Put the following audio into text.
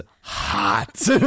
hot